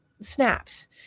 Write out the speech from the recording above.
snaps